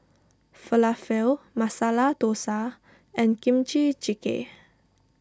Falafel Masala Dosa and Kimchi Jjigae